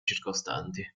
circostanti